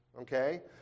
okay